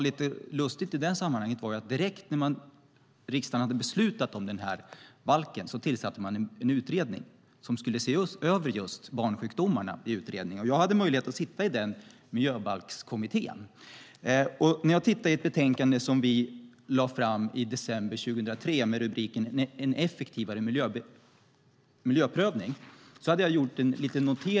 Lite lustigt i sammanhanget var att man direkt efter det att riksdagen beslutat om denna balk tillsatte en utredning som skulle se över just barnsjukdomarna. Jag hade möjlighet att sitta med i Miljöbalkskommittén. I december 2003 lade vi fram betänkandet En effektivare miljöprövning .